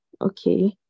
Okay